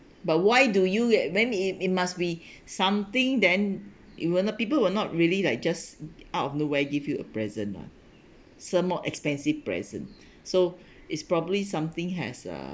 but why do you eh when it it must be something then it will not people will not really like just out of nowhere give you a present ah some more expensive present so it's probably something has uh